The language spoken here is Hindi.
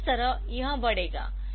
तो इस तरह यह बढ़ेगा